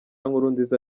nkurunziza